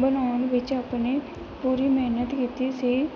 ਬਣਾਉਣ ਵਿੱਚ ਆਪਣੀ ਪੂਰੀ ਮਿਹਨਤ ਕੀਤੀ ਸੀ